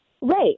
Right